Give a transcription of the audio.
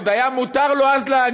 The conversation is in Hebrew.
אז עוד היה מותר לו להגיד,